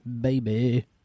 baby